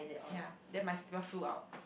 ya then my slipper flew out